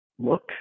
Look